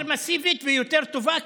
יותר מסיבית ויותר טובה,